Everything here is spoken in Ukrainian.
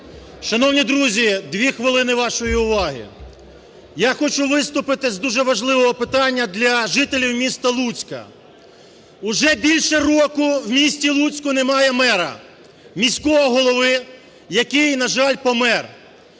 Шановні друзі, дві хвилини вашої уваги. Я хочу виступити з дуже важливого питання для жителів міста Луцька. Уже більше року в місті Луцьку немає мера, міського голови, який, на жаль, помер.